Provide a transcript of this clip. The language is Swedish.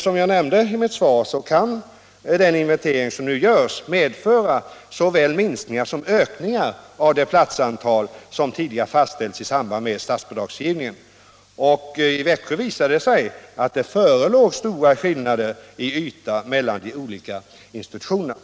Som jag nämnde i mitt svar kan den inventering som nu görs medföra såväl minskningar som ökningar av det platsantal som tidigare fastställdes i samband med statsbidragsgivningen. I Växjö visade det sig att det förelåg stora skillnader i yta mellan de olika institutionerna.